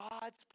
God's